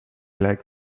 like